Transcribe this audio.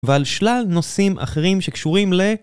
ועל שלל נושאים אחרים שקשורים ל...